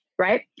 Right